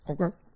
Okay